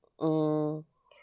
mm